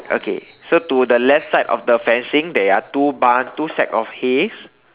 okay so to left side of the fencing there are two barn two sack of hays